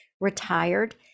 retired